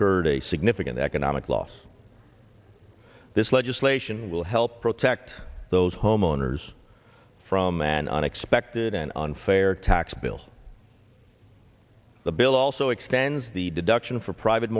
a significant economic loss this legislation will help protect those homeowners from an unexpected and unfair tax bill the bill also extends the deduction for private